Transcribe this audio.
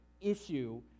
issue